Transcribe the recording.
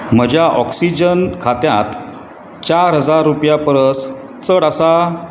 म्हज्या ऑक्सिजन खात्यांत चार हजार रुपया परस चड आसा